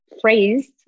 phrased